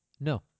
No